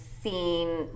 seen